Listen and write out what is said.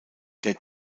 der